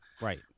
Right